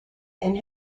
and